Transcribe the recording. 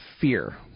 fear